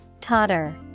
Totter